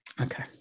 Okay